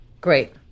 Great